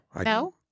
no